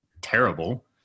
terrible